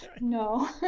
no